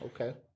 Okay